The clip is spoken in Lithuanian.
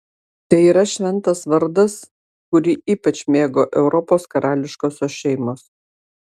tai yra šventas vardas kurį ypač mėgo europos karališkosios šeimos